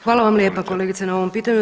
Hvala vam lijepa kolegice na ovom pitanju.